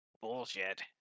bullshit